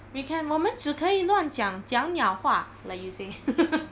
we can 我们只可以乱讲讲鸟话 let you say